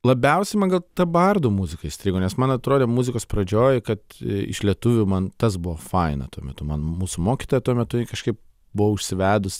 labiausiai man gal ta bardų muzika įstrigo nes man atrodė muzikos pradžioj kad iš lietuvių man tas buvo faina tuo metu man mūsų mokytoja tuo metu ji kažkaip buvo užsivedus